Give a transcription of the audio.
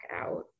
out